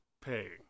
pay